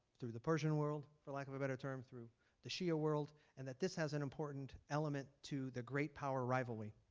through the persian world for lack of a better term, through the shia world and that this has an important element to the great power rivalry.